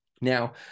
Now